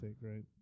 right